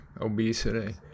obesity